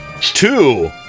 Two